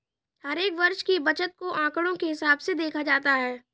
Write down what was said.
हर एक वर्ष की बचत को आंकडों के हिसाब से देखा जाता है